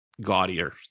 gaudier